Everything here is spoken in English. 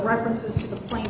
references to the pla